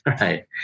Right